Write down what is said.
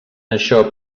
això